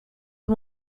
you